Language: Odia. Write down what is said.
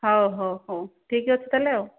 ହଉ ହଉ ହଉ ଠିକ ଅଛି ତାହେଲେ ଆଉ